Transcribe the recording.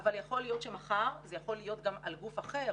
אבל יכול להיות שמחר זה יכול להיות גם על גוף אחר.